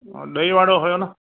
ॾही वड़ो हुयो न